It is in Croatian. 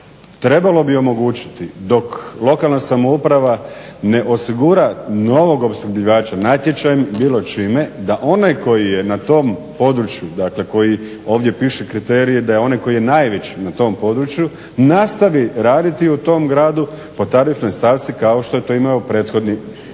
trebalo bi omogućiti dok lokalna samouprava ne osigura novog opskrbljivača natječajem bilo čime, da onaj koji je na tom području, dakle koji ovdje piše kriterije, da onaj koji je najveći na tom području nastavi raditi u tom gradu po tarifnoj stavci kao što je to imao prethodni